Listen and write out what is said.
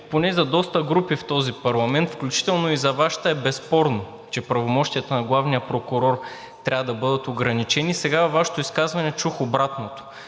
поне за доста групи в този парламент, включително и за Вашата, е безспорно, че правомощията на главния прокурор трябва да бъдат ограничени. Сега във Вашето изказване чух обратното